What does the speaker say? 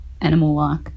animal-like